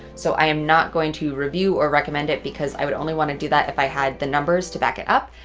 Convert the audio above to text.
so i am not going to review or recommend it. because i would only want to do that if i had the numbers to back it up.